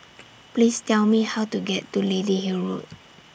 Please Tell Me How to get to Lady Hill Road